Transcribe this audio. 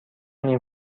این